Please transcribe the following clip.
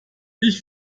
ich